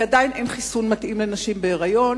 כי עדיין אין חיסון מתאים לנשים בהיריון,